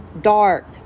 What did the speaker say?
dark